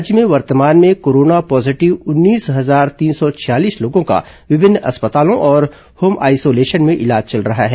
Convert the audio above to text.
राज्य में वर्तमान में कोरोना पॉजीटिव उन्नीस हजार तीन सौ छियालीस लोगों का विभिन्न अस्पतालों और होम आइसोलेशन में इलाज चल रहा है